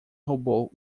roubou